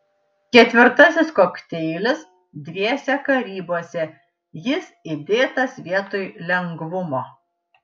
ketvirtasis kokteilis dviese karibuose jis įdėtas vietoj lengvumo